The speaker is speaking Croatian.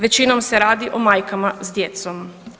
Većinom se radi o majkama s djecom.